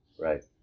Right